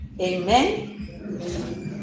Amen